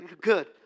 Good